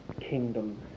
kingdom